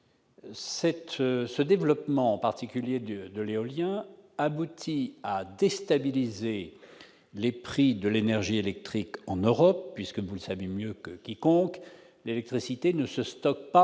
Ce développement, en particulier de l'éolien, aboutit à déstabiliser les prix de l'énergie électrique en Europe, puisque, vous le savez mieux que quiconque, monsieur le secrétaire